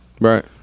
Right